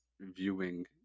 viewing